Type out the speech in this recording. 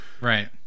Right